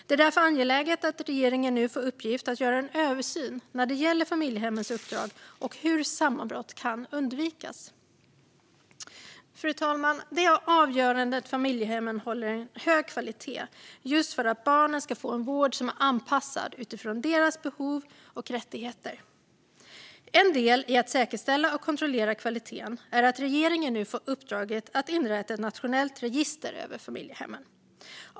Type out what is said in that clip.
Det är därför angeläget att regeringen nu får i uppgift att göra en översyn när det gäller familjehemmens uppdrag och hur sammanbrott kan undvikas. Fru talman! Det är avgörande att familjehemmen håller en hög kvalitet just för att barnen ska få en vård anpassad utifrån deras behov och rättigheter. En del i att säkerställa och kontrollera kvaliteten är att regeringen nu får uppdraget att inrätta ett nationellt register över familjehemmen.